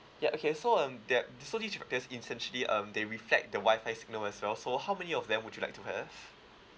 ya okay so um they're so this they essentially um they reflect the wi-fi signal as well so how many of them would you like to have